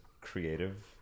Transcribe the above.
creative